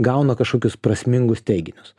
gauna kažkokius prasmingus teiginius